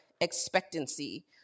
expectancy